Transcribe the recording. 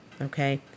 Okay